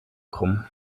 krumm